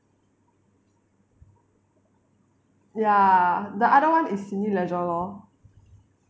ya the other [one] is cineleisure lor